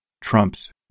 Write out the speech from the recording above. Trump's